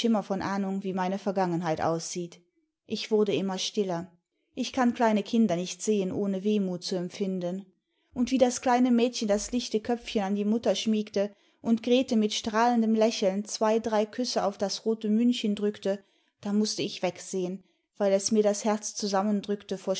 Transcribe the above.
von ahnimg wie meine vergangenheit aussieht ich wurde immer stillen ich kann klekie kinder nicht sehen ohne wehmut zu empfinden und wie das kleine mädchen das lichte köpfchen an die mutter schmiegte und grete mit strahlendem lächeln zwei drei küsse auf das rote mündchen drückte da mußte ich wegsehen weil es mir das herz zusammendrückte